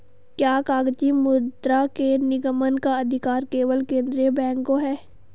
क्या कागजी मुद्रा के निर्गमन का अधिकार केवल केंद्रीय बैंक को है?